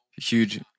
Huge